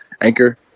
anchor